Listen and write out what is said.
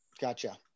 gotcha